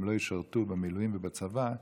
הם לא ישרתו במילואים ובצבא,